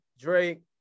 Drake